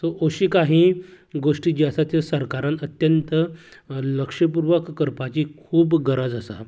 तर अश्यो काही गोश्टी ज्यो आसात सरकारान अत्यंत लक्षपुर्वक करपाची खूब गरज आसा